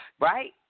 Right